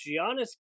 Giannis